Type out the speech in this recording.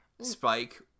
Spike